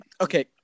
Okay